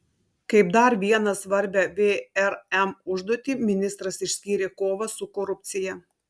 kaip dar vieną svarbią vrm užduotį ministras išskyrė kovą su korupcija